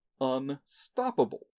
unstoppable